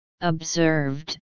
observed